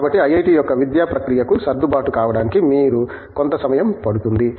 కాబట్టి ఐఐటి యొక్క విద్యా ప్రక్రియకు సర్దుబాటు కావడానికి మీరు కొంత సమయం పడుతుంది